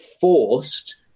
forced